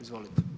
Izvolite.